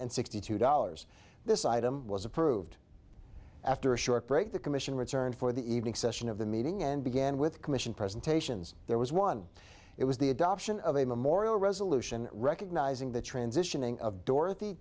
and sixty two dollars this item was approved after a short break the commission returned for the evening session of the meeting and began with commission presentations there was one it was the adoption of a memorial resolution recognizing the transitioning of dorothy